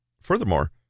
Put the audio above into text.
Furthermore